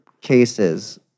cases